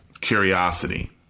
curiosity